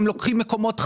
הם לוקחים מקומות חנייה.